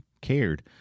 cared